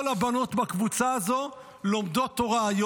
כל הבנות בקבוצה הזאת לומדים היום תורה.